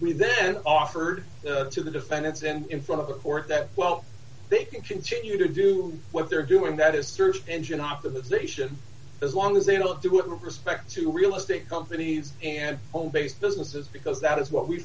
we then offered to the defendants and in front of the court that well they can continue to do what they're doing that is search engine optimization as long as they don't do with respect to real estate companies and home based businesses because that is what we